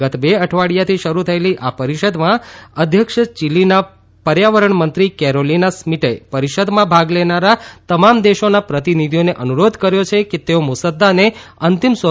ગત બે અઠવાડિયા થી શરૂ થયેલી આ પરિષદમાં અધ્યક્ષ ચીલીના પર્યાવરણ મંત્રી કૈરોલિના સ્મિટે પરિષદમાં ભાગ લેનારા તમામ દેશોના પ્રતિનિધીઓને અનુરોધ કર્યો છે કે તેઓ મુસદ્દાને અંતિમ સ્વરૂપ આપવા સહ્યોગ આપે